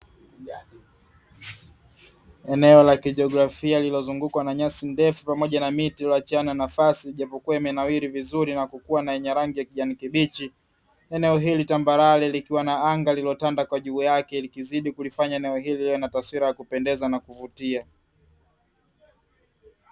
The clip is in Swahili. Eneo la kijiografia, lililozungukwa na nyasi ndefu pamoja na miti iliyoachiana nafasi, japokuwa imenawiri vizuri na kukua, yenye rangi ya kijani kibichi. Eneo hili tambarare likiwa na anga lililotanda kwa juu yake, likizidi kulifanya eneo hili liwe na taswira ya kupendeza na kuvutia